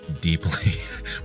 deeply